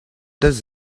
does